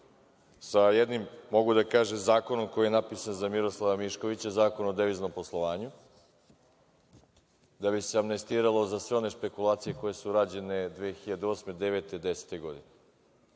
sa jednim, mogu da kažem, zakonom koji je napisan za Miroslava Mišković, Zakon o deviznom poslovanju, da bi se amnestiralo za sve one špekulacije koje su rađene 2008, 2009. i 2010. godine.